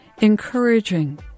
encouraging